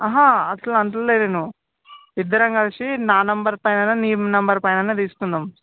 అహా అట్లా అంటలేను నేను ఇద్దరం కలిసి నా నంబర్ పైన అయినా నీ నంబర్ పైన అయినా తీసుకుందాము